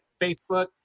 Facebook